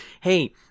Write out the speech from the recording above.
Hey